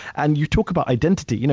and you talk about identity. you know,